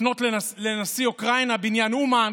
לפנות לנשיא אוקראינה בעניין אומן,